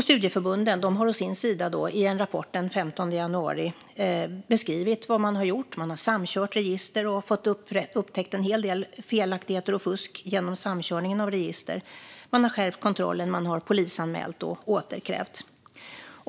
Studieförbunden har å sin sida i en rapport den 15 januari beskrivit vad de har gjort. De har samkört register och därigenom upptäckt en hel del felaktigheter och fusk. De har skärpt kontrollen. De har polisanmält och återkrävt.